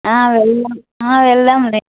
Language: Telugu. ఆ వెళ్దాం ఆ వెళ్దాం